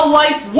life